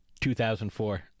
2004